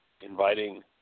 inviting